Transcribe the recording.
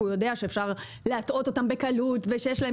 כי הוא יודע שאפשר להטעות אותם בקלות ושיש להם